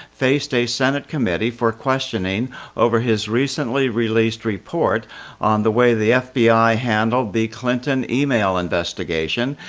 faced a senate committee for questioning over his recently released report on the way the fbi handled the clinton email investigation,